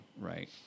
right